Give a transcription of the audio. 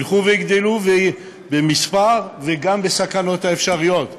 ילכו ויגדלו במספר וגם בסכנות האפשריות.